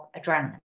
adrenaline